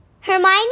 Hermione